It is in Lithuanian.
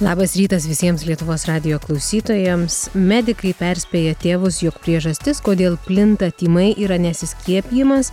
labas rytas visiems lietuvos radijo klausytojams medikai perspėja tėvus jog priežastis kodėl plinta tymai yra nesiskiepijamas